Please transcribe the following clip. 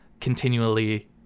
continually